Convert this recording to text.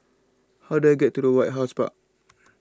how do I get to the White House Park